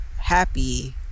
happy